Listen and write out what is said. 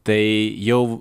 tai jau